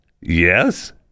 Yes